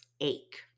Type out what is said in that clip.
ache